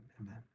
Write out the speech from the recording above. amen